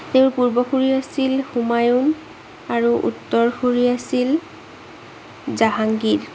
তেওঁৰ পূৰ্বসুৰী আছিল হুমায়ুন আৰু উত্তৰসুৰী আছিল জাহাংগীৰ